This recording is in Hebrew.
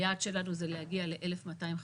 היעד שלנו זה להגיע ל-1,250.